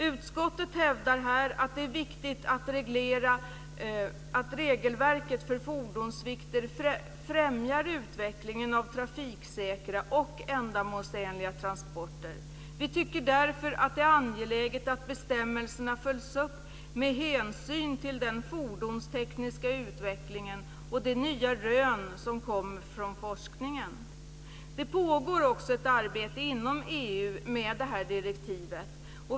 Utskottet hävdar här att det är viktigt att regelverket för fordonsvikter främjar utvecklingen av trafiksäkra och ändamålsenliga transporter. Vi tycker därför att det är angeläget att bestämmelserna följs upp med hänsyn till den fordonstekniska utvecklingen och de nya rön som kommer från forskningen. Det pågår också ett arbetet inom EU med det här direktivet.